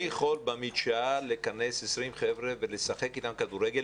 אני יכול במדשאה לכנס 20 חבר'ה ולשחק איתם כדורסל,